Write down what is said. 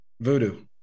Voodoo